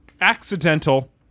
accidental